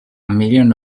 million